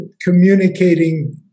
communicating